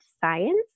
science